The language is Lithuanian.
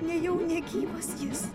nejau negyvas jis